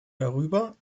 darüber